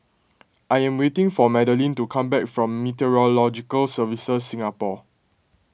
I am waiting for Madelene to come back from Meteorological Services Singapore